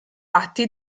atti